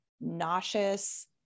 nauseous